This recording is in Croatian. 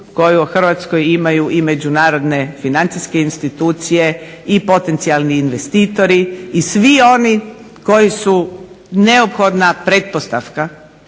koju o Hrvatskoj imaju i međunarodne financijske institucije i potencijalni investitori i svi oni koji su neophodna pretpostavka